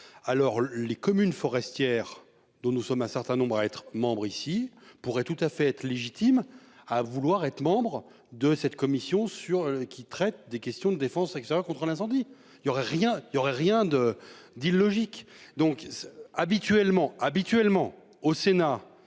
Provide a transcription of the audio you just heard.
Alors les communes forestières dont nous sommes un certain nombre à être membre ici pourraient tout à fait légitime à vouloir être membre de cette commission sur qui traite des questions de défense et va contre l'incendie il y aurait rien, il y aurait rien de d'illogique donc habituellement habituellement au Sénat